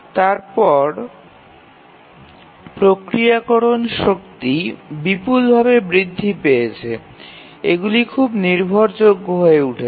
এবং তারপরে প্রক্রিয়াকরণ শক্তি বিপুলভাবে বৃদ্ধি পেয়েছে এবং এগুলি খুব নির্ভরযোগ্য হয়ে উঠেছে